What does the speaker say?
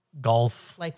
golf